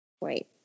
Wait